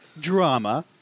drama